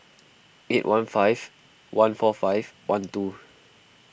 eight one five one four five one two